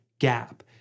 gap